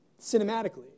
cinematically